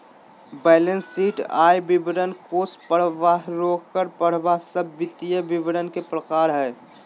balance sheet, आय विवरण, कोष परवाह, रोकड़ परवाह सब वित्तीय विवरण के प्रकार हय